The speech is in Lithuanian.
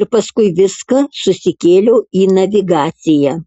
ir paskui viską susikėliau į navigaciją